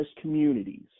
communities